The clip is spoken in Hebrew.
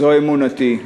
זו אמונתי,